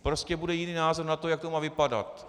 Prostě bude jiný názor na to, jak to má vypadat.